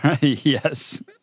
Yes